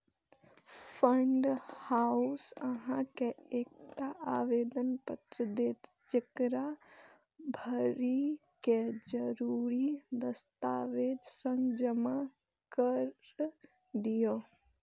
fund house अहां के एकटा आवेदन पत्र देत, जेकरा भरि कें जरूरी दस्तावेजक संग जमा कैर दियौ